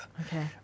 Okay